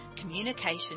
communication